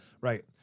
Right